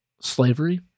Slavery